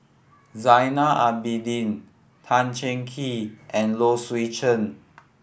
Zainal Abidin Tan Cheng Kee and Low Swee Chen